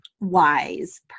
wise